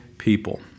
people